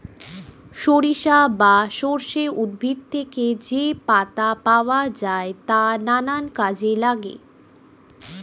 সরিষা বা সর্ষে উদ্ভিদ থেকে যে পাতা পাওয়া যায় তা নানা কাজে লাগে